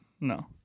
no